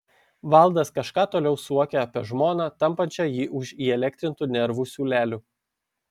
valdas kažką toliau suokė apie žmoną tampančią jį už įelektrintų nervų siūlelių